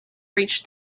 reached